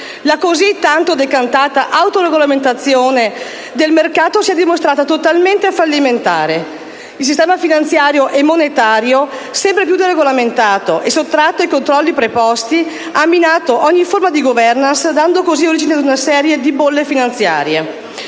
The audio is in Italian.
La così tanto decantata autoregolamentazione del mercato si è dimostrata totalmente fallimentare. Il sistema finanziario e monetario, sempre più deregolamentato e sottratto ai controlli preposti, ha minato ogni forma di *governance*, dando così origine ad una serie di bolle finanziarie